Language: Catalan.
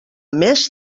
més